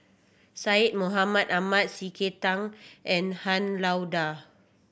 Syed Mohamed Ahmed C K Tang and Han Lao Da